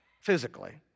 physically